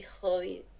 hobbies